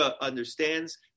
understands